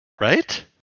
Right